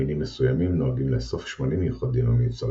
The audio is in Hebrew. מינים מסוימים נוהגים לאסוף שמנים מיוחדים המיוצרים